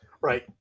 Right